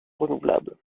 renouvelable